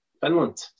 Finland